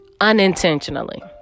unintentionally